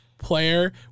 player